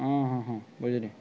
ହଁ ହଁ ହଁ ବୁଝିଲି